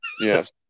Yes